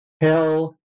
hell